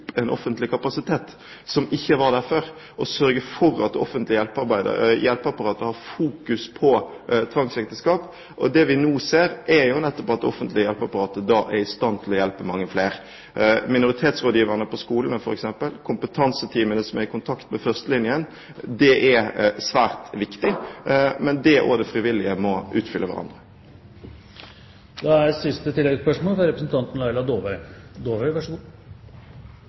offentlig kapasitet som ikke var der før, og sørge for at det offentlige hjelpeapparatet har fokus på tvangsekteskap. Det vi nå ser, er nettopp at det offentlige hjelpeapparatet er i stand til å hjelpe mange flere. Minoritetsrådgiverne på skolene, f.eks., og kompetanseteamene som er i kontakt med førstelinjen, er svært viktig. Men det offentlige og de frivillige må utfylle hverandre. Laila Dåvøy – til oppfølgingsspørsmål. Jeg hørte også Politisk kvarter i dag, og jeg hørte bekymringen fra